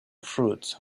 fruits